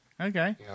Okay